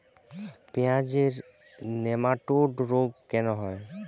পেঁয়াজের নেমাটোড রোগ কেন হয়?